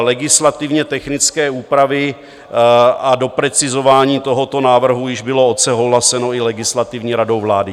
Legislativně technické úpravy a doprecizování tohoto návrhu již bylo odsouhlaseno i Legislativní radou vlády.